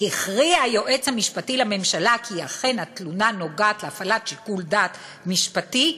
הכריע היועץ המשפטי לממשלה כי אכן התלונה נוגעת להפעלת שיקול דעת משפטי,